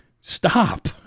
Stop